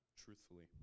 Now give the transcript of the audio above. truthfully